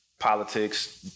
politics